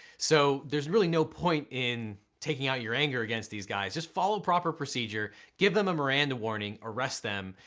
so there's really no point in taking out your anger against these guys. just follow proper procedure, give them a miranda warning, arrest them,